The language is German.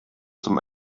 zum